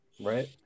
Right